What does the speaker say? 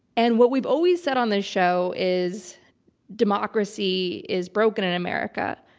and what we've always said on this show is democracy is broken in america.